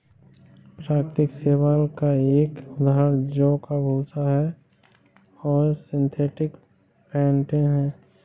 प्राकृतिक शैवाल का एक उदाहरण जौ का भूसा है और सिंथेटिक फेंटिन है